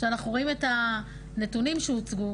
כשאנחנו רואים את הנתונים שהוצגו,